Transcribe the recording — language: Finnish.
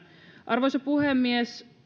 arvoisa puhemies